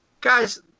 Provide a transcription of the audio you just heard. Guys